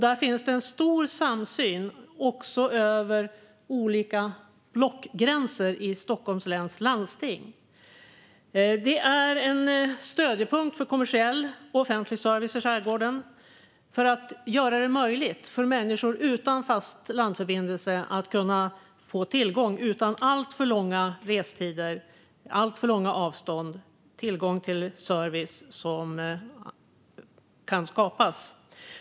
Där finns det en stor samsyn över olika blockgränser i Region Stockholm. Det är stödjepunkter för kommersiell offentlig service i skärgården för att göra det möjligt för människor utan fast landförbindelse att utan alltför långa restider och alltför långa avstånd få tillgång till service.